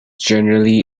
generally